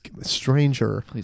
stranger